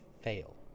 fail